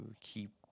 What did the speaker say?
keep